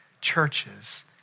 churches